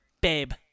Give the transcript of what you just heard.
babe